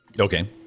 Okay